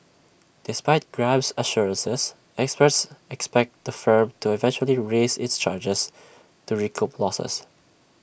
despite grab's assurances experts expect the firm to eventually raise its charges to recoup losses